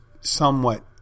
somewhat